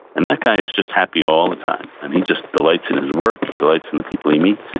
and that guy is just happy all the time. and he just delights in his work, he delights in the people he meets.